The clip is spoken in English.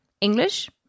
English